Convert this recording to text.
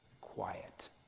quiet